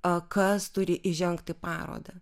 a kas turi įžengt į parodą